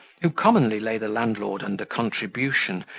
who commonly lay the landlord under contribution,